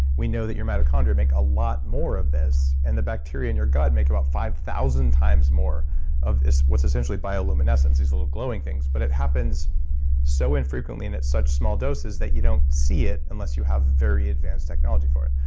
we know that your mitochondria make a lot more of this, and the bacteria in your gut make about five thousand times more of what's essentially bioluminescence, these little glowing things. but it happens so infrequently and at such small doses that you don't see it, unless you have very advanced technology for it.